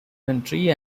county